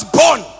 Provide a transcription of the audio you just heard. born